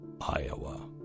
Iowa